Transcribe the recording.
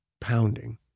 pounding